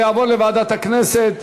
זה יעבור לוועדת הכנסת,